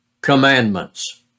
commandments